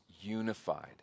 unified